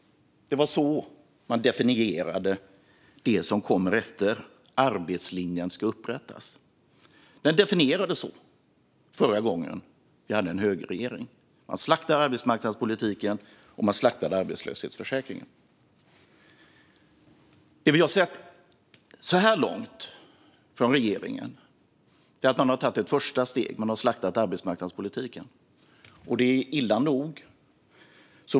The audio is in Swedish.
Det var så man definierade det som kom efter, att arbetslinjen skulle upprättas. Det definierades så förra gången vi hade en högerregering, och då slaktades arbetsmarknadspolitiken och arbetslöshetsförsäkringen. Det vi har sett så här långt från regeringen är att ett första steg har tagits. Man har slaktat arbetsmarknadspolitiken. Det är illa nog.